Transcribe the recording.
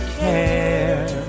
care